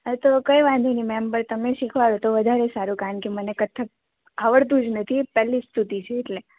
આ તો કંઈ વાંધો નહીં મેમ પણ મેમ તમે શીખવાડો તો વધારે સારું કારણ કે મને કથક આવડતું જ નથી પહેલી સ્તુતિ છે એટલે